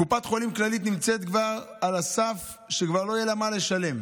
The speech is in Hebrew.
קופת החולים הכללית נמצאת כבר על הסף שלא יהיה לה מה לשלם